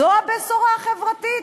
זו הבשורה החברתית?